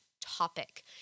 topic